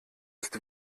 ist